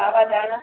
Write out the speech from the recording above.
सावा धाणा